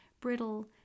brittle